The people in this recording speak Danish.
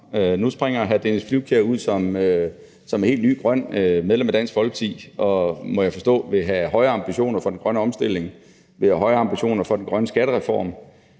Nu springer hr. Dennis Flydtkjær ud som et helt nyt grønt medlem af Dansk Folkeparti og vil, må jeg forstå, have højere ambitioner for den grønne omstilling og have højere ambitioner for den grønne skattereform.